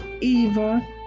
eva